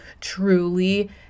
truly